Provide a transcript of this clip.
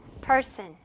person